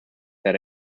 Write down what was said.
that